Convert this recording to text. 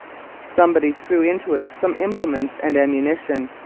somebody threw into it some implements and ammunition,